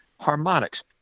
harmonics